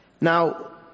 Now